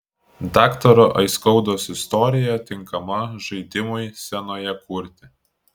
daktaro aiskaudos istorija tinkama žaidimui scenoje kurti